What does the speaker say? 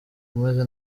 umeze